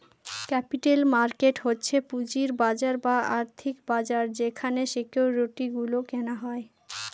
capital market হচ্ছে পুঁজির বাজার বা আর্থিক বাজার যেখানে সিকিউরিটি গুলো কেনা হয়